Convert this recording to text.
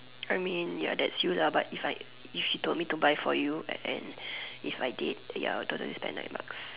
I mean ya that's you but if I if she told me to buy for you and if I did ya I would totally spend nine bucks